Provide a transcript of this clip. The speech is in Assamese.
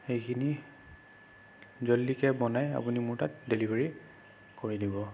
সেইখিনি জল্ডিকে বনাই আপুনি মোৰ তাত ডেলিভাৰী কৰি দিব